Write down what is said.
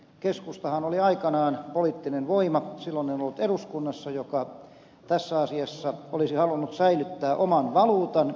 keskustahan oli aikanaan poliittinen voima silloin en ollut eduskunnassa joka tässä asiassa olisi halunnut säilyttää oman valuutan